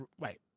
Wait